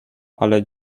ale